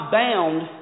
bound